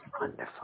wonderful